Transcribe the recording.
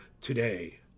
today